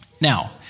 Now